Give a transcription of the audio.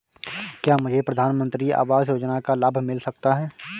क्या मुझे प्रधानमंत्री आवास योजना का लाभ मिल सकता है?